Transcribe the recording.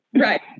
Right